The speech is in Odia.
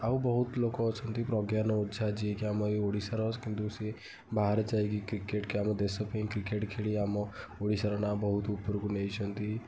ଆଉ ବହୁତଲୋକ ଅଛନ୍ତି ପ୍ରଜ୍ଞାନ ଓଝା ଯିଏକି ଆମ ଏଇ ଓଡି଼ଶାର କିନ୍ତୁ ସିଏ ବାହାରେ ଯାଇ କ୍ରିକେଟ୍ ଆମ ଦେଶପାଇଁ କ୍ରିକେଟ୍ ଖେଳି ଆମ ଓଡ଼ିଶାର ନାଁ ବହୁତ ଉପରକୁ ନେଇଛନ୍ତି